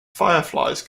fireflies